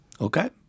Okay